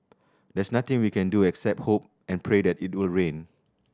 there's nothing we can do except hope and pray that it will rain